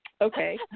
okay